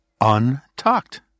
untucked